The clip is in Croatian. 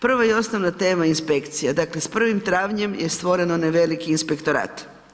Prva i osnovna tema inspekcija, dakle s 1. travnjem je stvoren onaj veliki inspektorat.